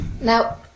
Now